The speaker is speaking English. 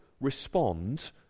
respond